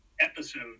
episode